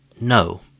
No